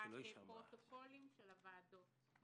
דבר נוסף הוא הפרוטוקולים של הוועדות.